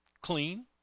clean